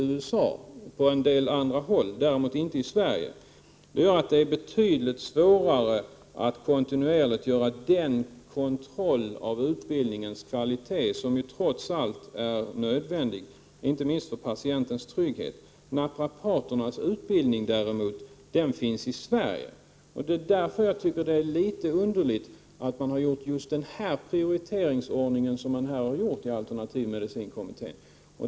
Däremot finns det inte någon sådan utbildning i Sverige. Det gör att det är betydligt svårare att kontinuerligt göra den kontroll av kvaliteten på utbildningen som trots allt är nödvändig — inte minst med tanke på patienternas trygghet. Naprapaterna däremot kan få utbildning i Sverige. Mot denna bakgrund tycker jag att alternativmedicinkommitténs prioriteringsordning är litet underlig.